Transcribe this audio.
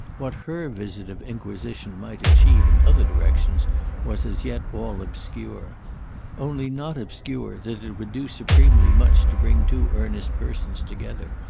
what her visit of inquisition might achieve in other directions was as yet all obscure only not obscure that it would do supremely much to bring two earnest persons together.